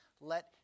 Let